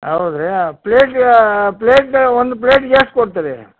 ಹೌದಾ ರೀ plate plate ಒಂದು ಪ್ಲೇಟಿಗೆ ಎಷ್ಟು ಕೊಡ್ತಿರಾ ರೀ